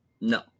No